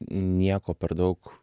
nieko per daug